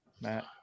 Matt